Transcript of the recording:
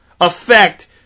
affect